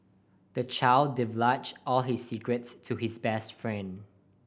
the child divulged all his secrets to his best friend